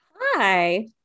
Hi